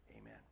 Amen